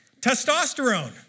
Testosterone